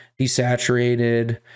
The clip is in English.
desaturated